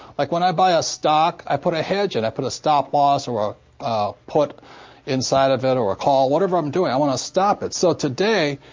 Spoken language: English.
like when i buy a stock, i put a hedge in. i put a stop-loss or a ah put inside of it, or a call. whatever i'm doing, i want to stop it. so today,